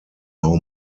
how